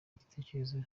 igitekerezo